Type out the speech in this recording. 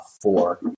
four